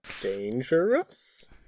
Dangerous